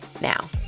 now